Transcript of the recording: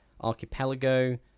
Archipelago